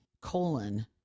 colon